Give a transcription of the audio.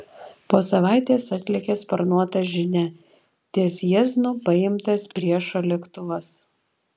po savaitės atlėkė sparnuota žinia ties jieznu paimtas priešo lėktuvas